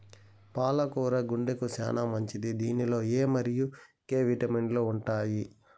పాల కూర గుండెకు చానా మంచిది దీనిలో ఎ మరియు కే విటమిన్లు ఉంటాయి